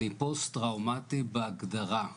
אני פוסט טראומטי בהגדרה.